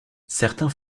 certains